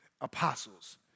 apostles